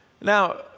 Now